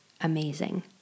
amazing